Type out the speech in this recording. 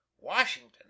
Washington